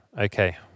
Okay